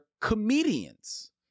comedians